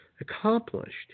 accomplished